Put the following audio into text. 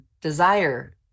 desire